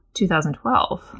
2012